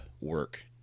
work